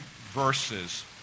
verses